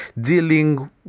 dealing